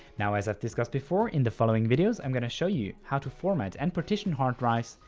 now as i've discussed before in the following videos i'm going to show you how to format and partition hard drives,